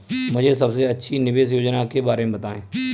मुझे सबसे अच्छी निवेश योजना के बारे में बताएँ?